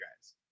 guys